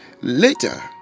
Later